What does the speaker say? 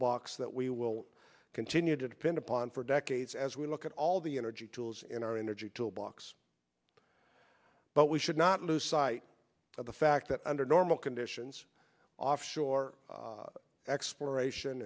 box that we will continue to depend upon for decades as we look at all the energy tools in our energy toolbox but we should not lose sight of the fact that under normal conditions offshore exploration